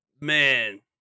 Man